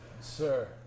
Sir